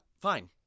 Fine